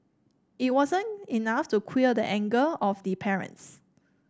it wasn't enough to quell the anger of the parents